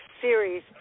series